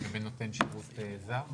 חברים, תודה רבה, הישיבה